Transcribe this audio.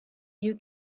you